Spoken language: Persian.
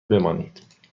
بمانید